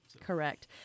Correct